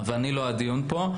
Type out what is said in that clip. אבל אני לא הדיון פה.